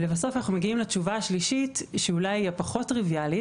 לבסוף אנחנו מגיעים לתשובה השלישית שאולי היא הפחות טריביאלית